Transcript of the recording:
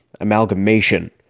amalgamation